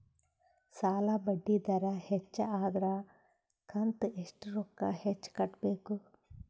ಸಾಲಾ ಬಡ್ಡಿ ದರ ಹೆಚ್ಚ ಆದ್ರ ಕಂತ ಎಷ್ಟ ರೊಕ್ಕ ಹೆಚ್ಚ ಕಟ್ಟಬೇಕು?